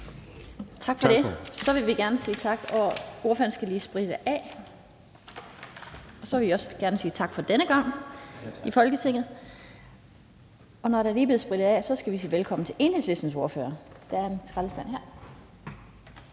Tak for det – og ordføreren skal lige spritte af. Så vil vi også gerne sige tak for denne gang i Folketinget. Og når der er blevet sprittet af, skal vi sige velkommen til Enhedslistens ordfører. Værsgo, hr.